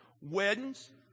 weddings